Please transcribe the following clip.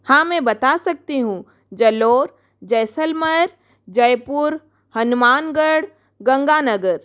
हाँ मैं बता सकती हूँ जलोर जैसलमेर जयपुर हनुमानगढ़ गंगानगर